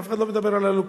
אף אחד לא מדבר על הלוקסוס.